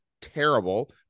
terrible